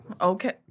Okay